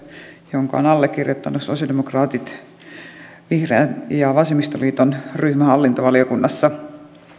jonka ovat allekirjoittaneet sosialidemokraatit vihreät ja vasemmistoliiton ryhmä hallintovaliokunnassa